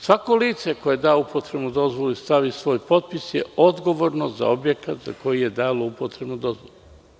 Svako lice koje da upotrebnu dozvolu i stavi svoj potpis je odgovorno za objekat za koji je dalo upotrebnu dozvolu.